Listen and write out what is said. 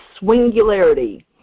swingularity